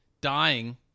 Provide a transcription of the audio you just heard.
dying